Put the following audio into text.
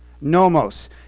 Nomos